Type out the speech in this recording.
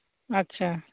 ᱟᱪᱪᱷᱟ